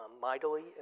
mightily